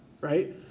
right